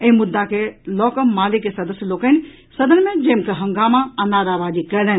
एहि मुद्दा के लऽकऽ माले के सदस्य लोकनि सदन मे जमिकऽ हंगामा आ नाराबाजी कयलनि